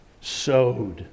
sowed